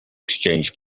exchanged